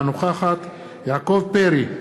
אינה נוכחת יעקב פרי,